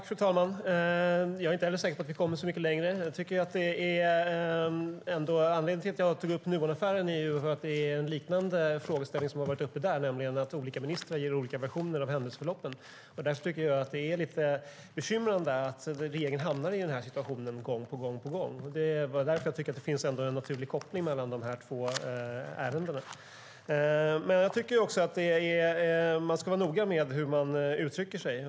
Fru talman! Jag är inte heller säker på att vi kommer så mycket längre. Anledningen till att jag tog upp Nuonaffären är för att det är en liknande frågeställning som har varit uppe där, nämligen att olika ministrar ger olika versioner av händelseförloppen. Därför tycker jag att det är lite bekymmersamt att regeringen hamnar i denna situation gång på gång. Det är därför som jag tycker att det ändå finns en naturlig koppling mellan dessa två ärenden. Men jag tycker också att man ska vara noga med hur man uttrycker sig.